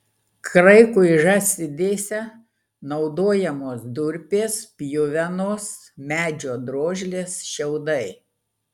kraikui žąsidėse naudojamos durpės pjuvenos medžio drožlės šiaudai